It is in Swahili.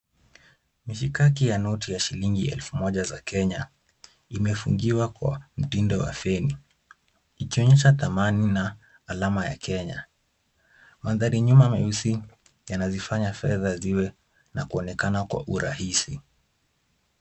Mishikaki ya noti ya shilingi elfu moja za Kenya imefungiwa kwa mtindo wa feni ikionyesha dhamani na alama ya Kenya. Mandhari nyuma meusi yanazifanya fedha ziwe na kuonekana kwa urahisi.